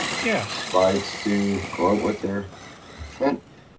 yes. slides to go out with there flint.